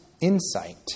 insight